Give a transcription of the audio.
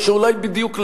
או שאולי בדיוק להיפך?